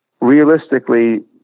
Realistically